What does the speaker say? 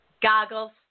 Goggles